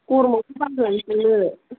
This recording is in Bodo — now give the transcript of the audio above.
गरमावसो बागोन संनो